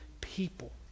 people